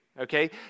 okay